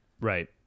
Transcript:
right